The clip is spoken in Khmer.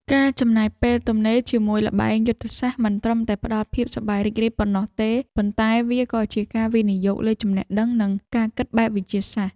ការចំណាយពេលទំនេរជាមួយល្បែងយុទ្ធសាស្ត្រមិនត្រឹមតែផ្ដល់ភាពសប្បាយរីករាយប៉ុណ្ណោះទេ ប៉ុន្តែ វាក៏ជាការវិនិយោគលើចំណេះដឹងនិងការគិតបែបវិទ្យាសាស្ត្រ។